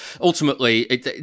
ultimately